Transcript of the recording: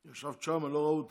ישבת שם, לא ראו אותך.